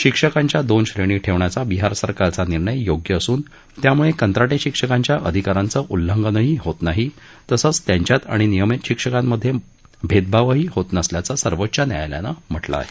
शिक्षकाच्या दोन श्रेणी ठेवण्याचा बिहार सरकारचा निर्णय योग्य असून त्यामुळे क्वीटी शिक्षकाच्या अधिकाराच्या उेल्लप्रसही होत नाही तसद्वित्याच्यात आणि नियमित शिक्षकाखिये भेदभावही होत नसल्याचसिर्वोच्च न्यायालयान स्क्टिल आहे